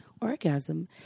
orgasm